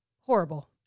horrible